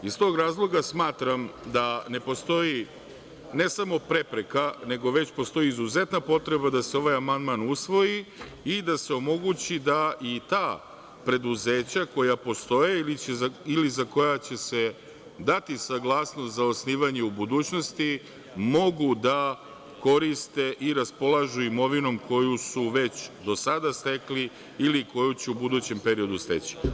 Iz tog razloga smatram da ne postoji, ne samo prepreka, nego već postoji izuzetna potreba da se ovaj amandman usvoji i da se omogući da i ta preduzeća koja postoje ili za koja će se dati saglasnost za osnivanje u budućnosti mogu da koriste i raspolažu imovinom koju su već do sada stekli ili koju će u budućem periodu steći.